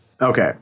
Okay